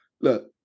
Look